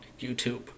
YouTube